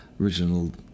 original